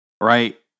Right